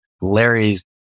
Larry's